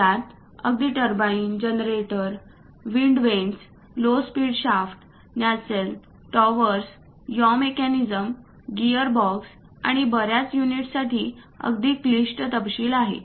यात अगदी turbine generator wind vanes low speed shaft nacelle towers yaw mechanism gearbox आणि बर्याच युनिट्ससाठी अगदी क्लिष्ट तपशील आहेत